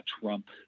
Trump